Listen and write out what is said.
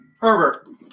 Herbert